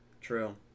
true